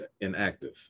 inactive